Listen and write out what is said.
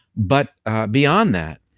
but beyond that,